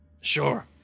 Sure